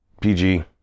pg